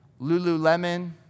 Lululemon